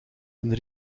een